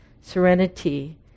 serenity